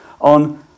on